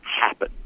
happen